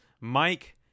mike